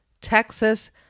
Texas